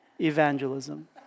evangelism